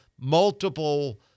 multiple